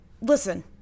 Listen